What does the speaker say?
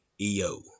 EO